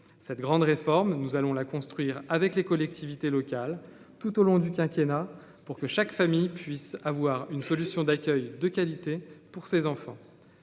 cette grande réforme, nous allons la construire avec les collectivités locales tout au long du quinquennat pour que chaque famille puisse avoir une solution d'accueil de qualité pour ses enfants,